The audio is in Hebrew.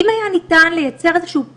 אם היה ניתן לייצר איזשהו 'פול'